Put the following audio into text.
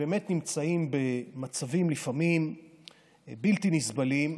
שבאמת נמצאים במצבים לפעמים בלתי נסבלים,